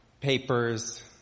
papers